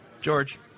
George